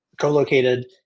co-located